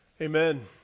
Amen